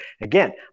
Again